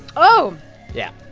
oh yeah.